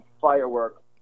Firework